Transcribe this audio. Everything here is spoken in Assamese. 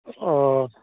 অ